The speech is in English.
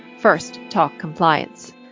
FirstTalkCompliance